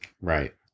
right